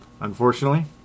unfortunately